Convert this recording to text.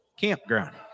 campground